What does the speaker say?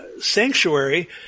sanctuary